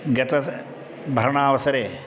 गतभरणावसरे